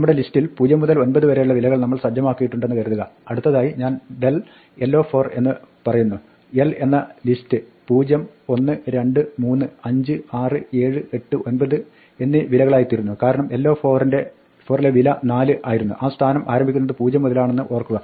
നമ്മുടെ ലിസ്റ്റിൽ 0 മുതൽ 9 വരെയുള്ള വിലകൾ നമ്മൾ സജ്ജമാക്കിയിട്ടുണ്ടെന്ന് കരുതുക അടുത്തതായി ഞാൻ dell4 എന്ന് പറയുന്നു l എന്ന ലിസ്റ്റ് 0 1 2 3 5 6 7 8 9 എന്നീ വിലകളായിത്തിരുന്നു കാരണം l4 ലെ വില 4 ആയിരുന്നു സ്ഥാനം ആരംഭിക്കുന്നത് 0 മുതലാണെന്ന് ഓർക്കുക